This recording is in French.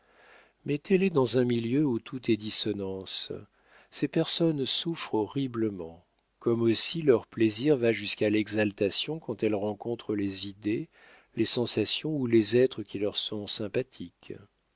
mettez-les dans un milieu où tout est dissonance ces personnes souffrent horriblement comme aussi leur plaisir va jusqu'à l'exaltation quand elles rencontrent les idées les sensations ou les êtres qui leur sont sympathiques